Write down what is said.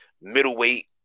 middleweight